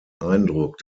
eindruck